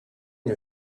you